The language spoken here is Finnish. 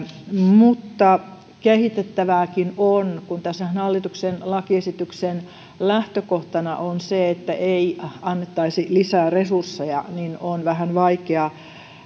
mutta kehitettävääkin on kun tässä hallituksen lakiesityksessä lähtökohtana on se että ei annettaisi lisää resursseja niin on vähän vaikea